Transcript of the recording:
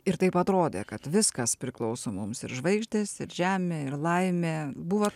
ir taip atrodė kad viskas priklauso mums ir žvaigždės ir žemė ir laimė buvo